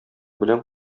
белән